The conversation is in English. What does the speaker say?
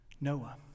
Noah